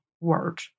word